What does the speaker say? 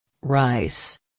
Rice